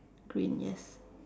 green yes